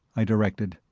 i directed.